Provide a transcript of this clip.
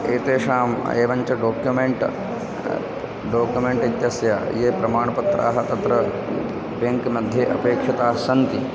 एतेषाम् एवञ्च document document इत्यस्य ये प्रमाणपत्राणि तत्र बेङ्क्मध्ये अपेक्षितानि सन्ति